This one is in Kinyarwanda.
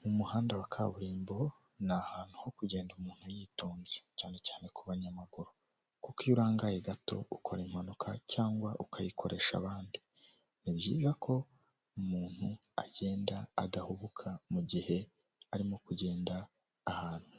Mu muhanda wa kaburimbo ni ahantu ho kugenda umuntu yitonze cyane cyane ku banyamaguru kuko iyo urangaye gato ukora impanuka cyangwa ukayikoresha abandi, ni byiza ko umuntu agenda adahubuka mu gihe arimo kugenda ahantu